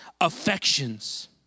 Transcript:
affections